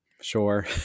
Sure